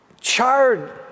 charred